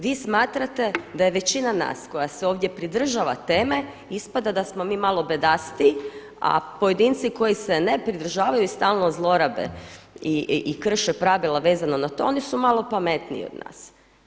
Vi smatrate da je većina nas koja se ovdje pridržava teme ispada da smo mi malo bedastiji, a pojedinci koji se ne pridržavaju i stalno zlorabe i krše pravila vezano na to oni su malo pametniji od nas.